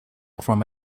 from